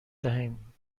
دهیم